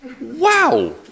Wow